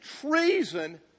treason